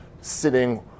sitting